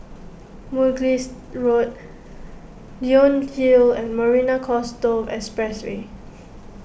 Mugliston Road Leonie Hill and Marina Coastal Expressway